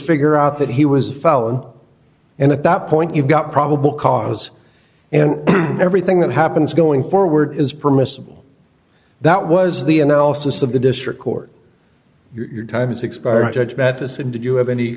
figure out that he was a felon and at that point you've got probable cause and everything that happens going forward is permissible that was the analysis of the district court your time has expired judge matheson did you have any